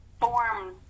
forms